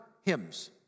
hymns